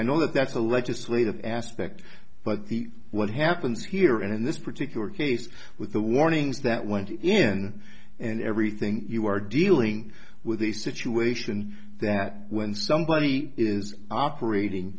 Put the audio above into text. know that's a legislative aspect but what happens here and in this particular case with the warnings that went in and everything you are dealing with a situation that when somebody is operating